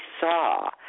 saw